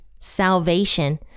salvation